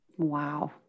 Wow